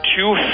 two